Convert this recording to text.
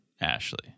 Ashley